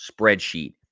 spreadsheet